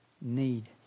need